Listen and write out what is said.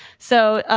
so,